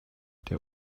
der